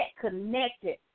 connected